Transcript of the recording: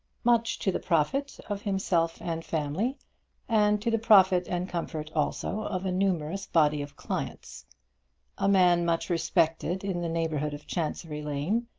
much to the profit of himself and family and to the profit and comfort also of a numerous body of clients a man much respected in the neighbourhood of chancery lane,